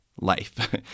Life